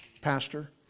Pastor